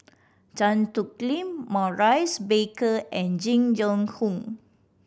Tan Thoon Lip Maurice Baker and Jing Jun Hong